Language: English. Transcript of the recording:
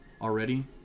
already